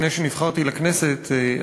לפני שנבחרתי לכנסת,